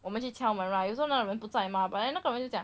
我们去敲门 lah 有时候那个人不再 mah but then 那个人又讲